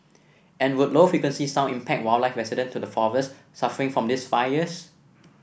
and would low frequency sound impact wildlife resident to the forests suffering from these fires